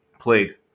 played